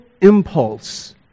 impulse